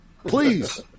Please